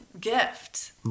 gift